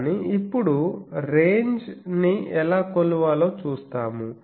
కాని ఇప్పుడు రెంజె ని ఎలా కొలవాలో చూస్తాము